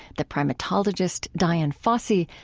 the primatologist dian fossey,